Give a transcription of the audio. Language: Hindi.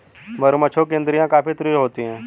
मगरमच्छों की इंद्रियाँ काफी तीव्र होती हैं